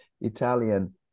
Italian